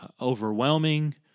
overwhelming